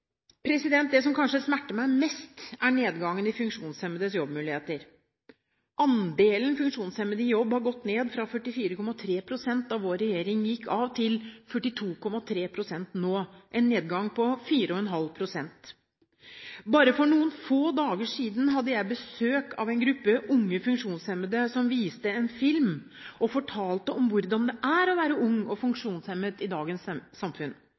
Det som kanskje smerter meg mest, er nedgangen i funksjonshemmedes jobbmuligheter. Andelen funksjonshemmede i jobb har gått ned fra 44,3 pst. da vår regjering gikk av, til 42,3 pst. nå – en nedgang på 4,5 pst. Bare for noen få dager siden hadde jeg besøk av en gruppe unge funksjonshemmede som viste en film og fortalte om hvordan det er å være ung og funksjonshemmet i dagens samfunn.